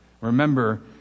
remember